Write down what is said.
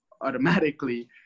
automatically